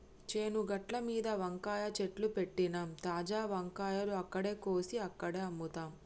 చేను గట్లమీద వంకాయ చెట్లు పెట్టినమ్, తాజా వంకాయలు అక్కడే కోసి అక్కడే అమ్ముతాం